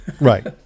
right